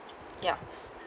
ya